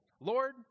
Lord